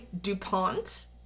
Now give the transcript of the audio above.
DuPont